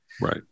right